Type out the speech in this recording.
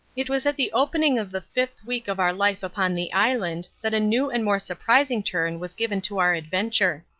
it was at the opening of the fifth week of our life upon the island that a new and more surprising turn was given to our adventure.